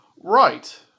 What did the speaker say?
Right